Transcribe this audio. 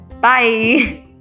Bye